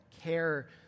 Care